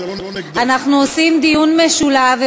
אנחנו עושים דיון משולב,